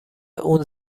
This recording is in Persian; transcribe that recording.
اون